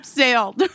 sailed